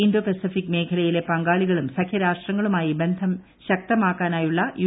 Indo Pacific മേഖലയിലെ പങ്കാളികളും സഖ്യ രാഷ്ട്രങ്ങളുമായി ബന്ധം ശക്തമാക്കാനായുള്ള യു